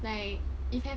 like if have